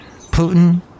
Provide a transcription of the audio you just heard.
Putin